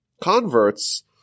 converts